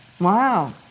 Wow